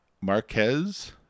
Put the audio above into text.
Marquez